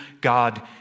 God